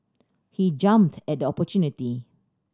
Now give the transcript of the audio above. he jumped at the opportunity